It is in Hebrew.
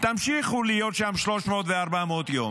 תמשיכו להיות שם 300 ו-400 יום?